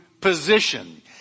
position